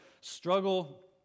struggle